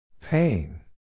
Pain